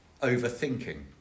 overthinking